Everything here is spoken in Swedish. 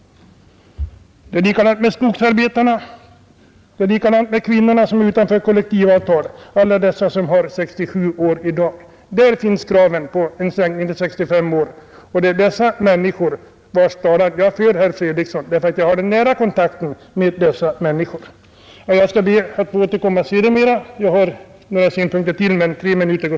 Det är likadant med skogsarbetarna och med de kvinnor som står utanför kollektivavtal — alla dessa som i dag har 67 år som pensionsålder. Där finns kravet på en sänkning till 65 år och det är dessa människors talan jag för, herr Fredriksson. Jag har nämligen en nära kontakt med dessa människor. Jag skall återkomma senare med ytterligare några synpunkter.